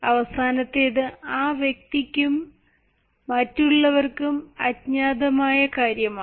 അവസാനത്തേത് ആ വ്യക്തിക്കും മറ്റുള്ളവർക്കും അജ്ഞാതമായ കാര്യമാണ്